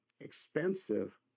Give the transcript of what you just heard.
expensive